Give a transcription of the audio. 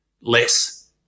less